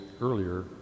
earlier